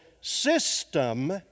system